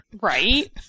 Right